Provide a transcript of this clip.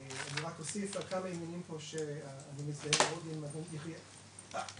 אני רק אוסיף, אני מזדהה מאוד עם יחיאל פה,